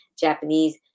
Japanese